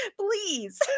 Please